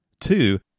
Two